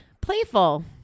playful